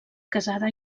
casada